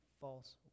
false